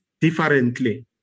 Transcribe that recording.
differently